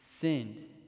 sinned